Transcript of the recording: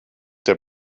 der